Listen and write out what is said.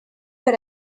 per